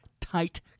tight